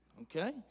Okay